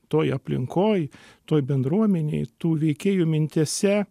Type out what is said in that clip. toj aplinkoj toj bendruomenėj tų veikėjų mintyse